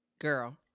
Girl